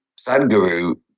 Sadhguru